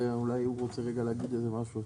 אלי הוא רוצה להגיד איזה משהו,